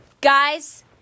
guys